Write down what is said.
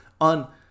on